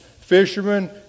fishermen